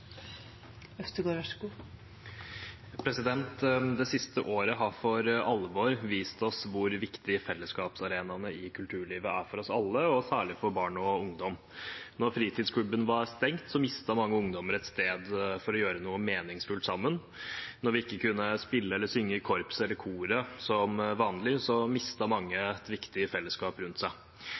Det siste året har for alvor vist oss hvor viktig fellesskapsarenaene i kulturlivet er for oss alle, og særlig for barn og ungdom. Da fritidsklubben var stengt, mistet mange ungdommer et sted for å gjøre noe meningsfullt sammen. Da vi ikke kunne spille i korpset eller synge i koret som vanlig, mistet mange et viktig fellesskap rundt seg.